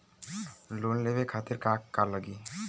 Loan लेवे खातीर का का लगी?